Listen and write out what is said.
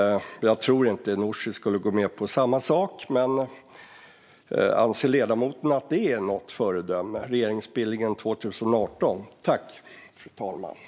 Jag tror inte att Nooshi hade gått med på det heller. Anser ledamoten att regeringsbildningen 2018 är ett föredöme?